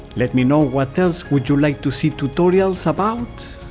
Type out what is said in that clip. let me know what else would you like to see tutorials about,